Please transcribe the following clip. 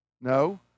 No